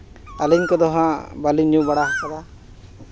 ᱟᱹᱞᱤᱧ ᱠᱚᱫᱚ ᱦᱟᱸᱜ ᱵᱟᱹᱞᱤᱧ ᱧᱩ ᱵᱟᱲᱟᱣ ᱠᱟᱫᱟ